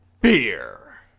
beer